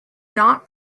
not